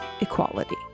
Equality